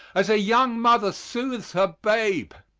as a young mother soothes her babe.